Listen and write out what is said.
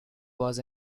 was